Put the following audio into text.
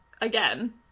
again